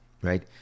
right